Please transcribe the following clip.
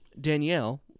Danielle